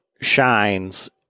Shines